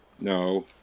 No